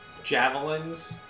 javelins